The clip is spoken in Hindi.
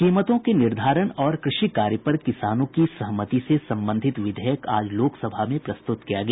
कीमतों के निर्धारण और कृषि कार्य पर किसानों की सहमति से संबंधित विधेयक आज लोकसभा में प्रस्तुत किया गया